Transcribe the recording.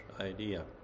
idea